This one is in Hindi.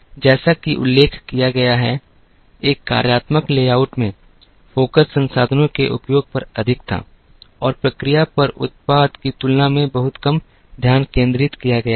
जैसा कि उल्लेख किया गया है एक कार्यात्मक लेआउट में फ़ोकस संसाधनों के उपयोग पर अधिक था और प्रक्रिया पर उत्पाद की तुलना में बहुत कम ध्यान केंद्रित किया गया था